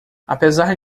apesar